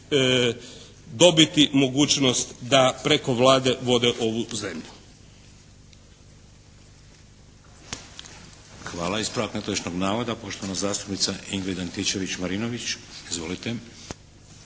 dobiti mogućnost da preko Vlade vode ovu zemlju. **Šeks, Vladimir (HDZ)** Hvala. Ispravak netočnog navoda poštovana zastupnica Ingrid Antičević-Marinović. Izvolite.